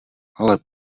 ale